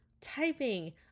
typing